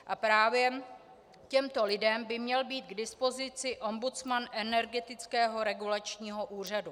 A právě těmto lidem by měl být k dispozici ombudsman Energetického regulačního úřadu.